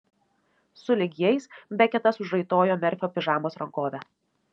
sulig jais beketas užraitojo merfio pižamos rankovę